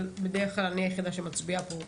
אבל בדרך כלל אני היחידה שמצביעה פה,